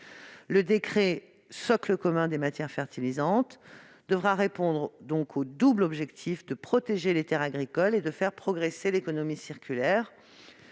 Le décret « socle commun des matières fertilisantes et supports de culture » devra répondre au double objectif de protéger les terres agricoles et de faire progresser l'économie circulaire.